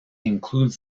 includes